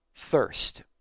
thirst